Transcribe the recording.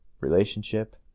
relationship